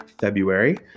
February